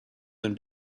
been